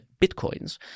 bitcoins